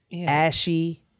ashy